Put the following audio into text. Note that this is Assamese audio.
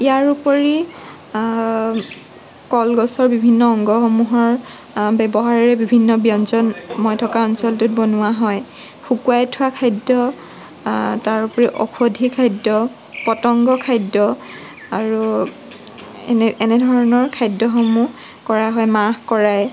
ইয়াৰ উপৰি কলগছৰ বিভিন্ন অংগসমূহৰ ব্যৱহাৰে বিভিন্ন ব্যঞ্জন মই থকা অঞ্চলটোত বনোৱা হয় শুকোৱাই থোৱা খাদ্য তাৰ উপৰি ঔষধি খাদ্য পতংগ খাদ্য আৰু এনেধৰণৰ খাদ্যসমূহ কৰা হয় মাহ কৰাই